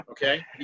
Okay